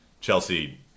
Chelsea